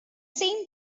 same